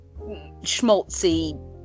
schmaltzy